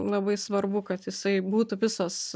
labai svarbu kad jisai būtų visas